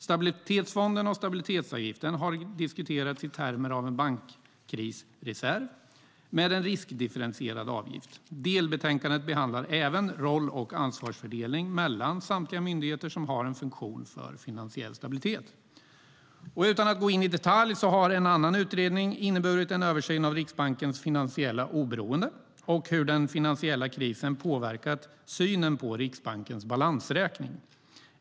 Stabilitetsfonden och stabilitetsavgiften har diskuterats i termer av en bankkrisreserv med en riskdifferentierad avgift. Delbetänkandet behandlar även roll och ansvarsfördelning mellan samtliga myndigheter som har en funktion för finansiell stabilitet. Utan att gå in i detalj har en annan utredning inneburit en översyn av Riksbankens finansiella oberoende och hur den finansiella krisen påverkat synen på Riksbankens balansräkning.